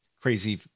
crazy